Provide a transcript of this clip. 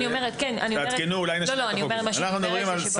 אנחנו מדברים על סנקציה של עד 800,000 שקלים,